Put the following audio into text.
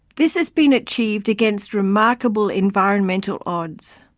this has been achieved against remarkable environmental odds,